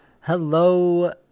Hello